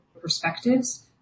perspectives